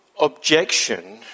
objection